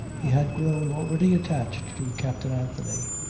he had grown already attached to captain anthony.